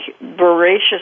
voracious